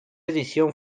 edición